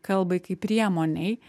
kalbai kaip priemonei